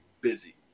busy